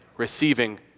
receiving